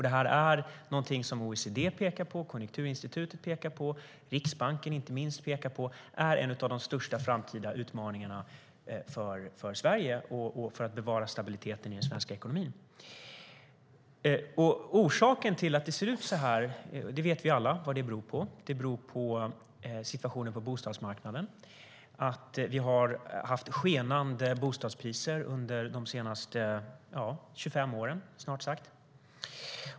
Det här är någonting som OECD, Konjunkturinstitutet och inte minst Riksbanken pekar på som en av de största framtida utmaningarna för Sverige och för att bevara stabiliteten i den svenska ekonomin. Orsaken till att det ser ut så här vet vi alla. Det beror på situationen på bostadsmarknaden. Vi har haft skenande bostadspriser under de senaste 25 åren.